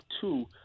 two